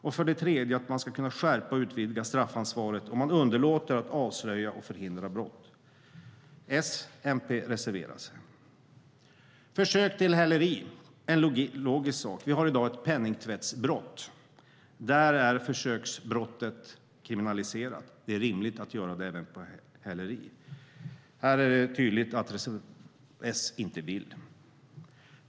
Det tredje gäller att man ska kunna skärpa och utvidga straffansvaret för den som underlåter att avslöja och förhindra brott. S och MP reserverar sig. Vi har även försök till häleri - en logisk sak. Vi har i dag ett penningtvättsbrott, och där är försöksbrottet kriminaliserat. Det är rimligt att göra det även för häleri. Här är det tydligt att S inte vill.